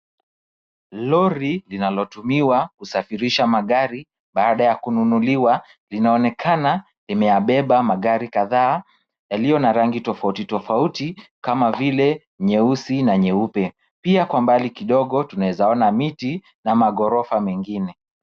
Lori linalotumiwa kusafirisha magari, baada ya kununuliwa, linaonekana limeyabeba magari kadhaa yaliyo na rangi tofauti, tofauti kama vile nyeusi na nyeupe. Pia kwa mbali kidogo tunaeza ona miti na maghorofa mengine.